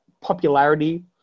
popularity